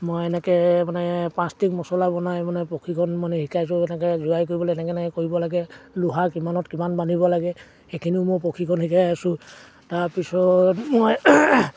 মই এনেকৈ মানে পাঁচ টিং মছলা বনাই মানে প্ৰশিক্ষণ মানে শিকাইছোঁ এনেকৈ জোৱাই কৰিবলৈ এনেকৈ এনেকৈ কৰিব লাগে লোহাৰ কিমানত কিমান বান্ধিব লাগে সেইখিনিও মই প্ৰশিক্ষণ শিকাই আছোঁ তাৰপিছত মই